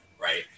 right